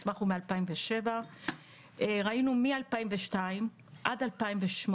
ראינו מ-2002 ועד 2008